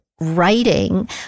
writing